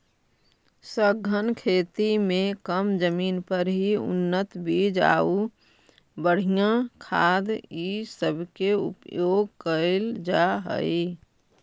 सघन खेती में कम जमीन पर ही उन्नत बीज आउ बढ़ियाँ खाद ई सब के उपयोग कयल जा हई